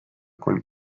kolm